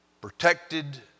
protected